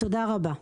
תודה רבה.